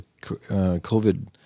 COVID